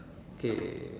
K